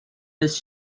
does